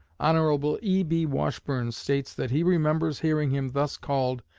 hon. e b. washburne states that he remembers hearing him thus called,